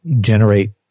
generate